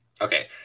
okay